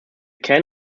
can